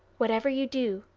whatever you do,